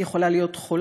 היא יכולה להיות חולה,